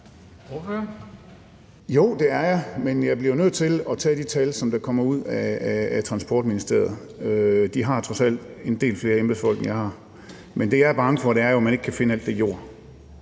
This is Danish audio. Jo, det er jeg, men jeg bliver nødt til at tage de tal, som der kommer ud af Transportministeriet. De har trods alt en del flere embedsfolk, end jeg har. Men det, jeg er bange for, er jo, at man ikke kan finde alt det jord